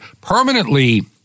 permanently